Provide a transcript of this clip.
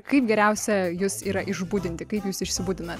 kaip geriausia jus yra išbudinti kaip jūs išsibudinat